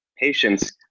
patients